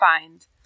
find